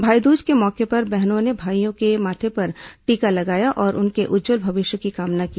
भाईदूज के मौके पर बहनों ने भाईयों के माथे पर टीका लगाया और उनके उज्जवल भविष्य की कामना की